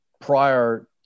prior